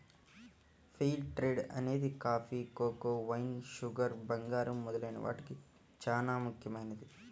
fair trade అనేది coffee, cocoa, wine, sugar, బంగారం మొదలైన వాటికి చానా ముఖ్యమైనది